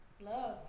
love